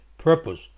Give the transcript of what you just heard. purpose